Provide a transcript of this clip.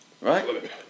Right